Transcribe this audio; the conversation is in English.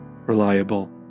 reliable